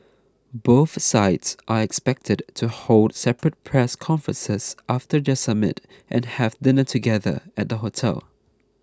both sides are expected to hold separate press conferences after their summit and have dinner together at the hotel